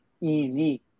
easy